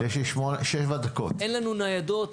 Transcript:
אמר "אין לנו ניידות,